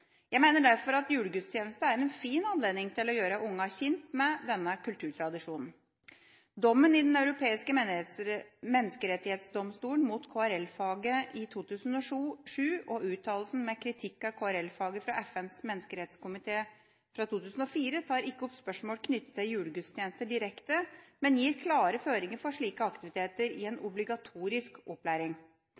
Jeg mener derfor at julegudstjeneste er en fin anledning til å gjøre ungene kjent med denne kulturtradisjonen. Dommen i Den europeiske menneskerettighetsdomstolen mot KRL-faget i 2007 og uttalelsen med kritikk av KRL-faget fra FNs menneskerettskomité fra 2004 tar ikke opp spørsmålet knyttet til julegudstjenester direkte, men gir klare føringer for slike aktiviteter i en obligatorisk opplæring.